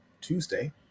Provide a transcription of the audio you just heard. Tuesday